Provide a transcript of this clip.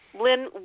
Lynn